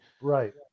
right